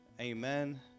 Amen